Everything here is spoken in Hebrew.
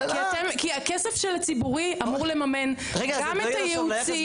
כי הכסף של הציבורי אמור לממן גם את הייעוצים